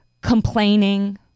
complaining